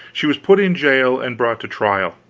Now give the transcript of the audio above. she was put in jail and brought to trial.